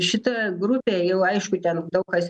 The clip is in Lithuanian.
šita grupė jau aišku ten daug kas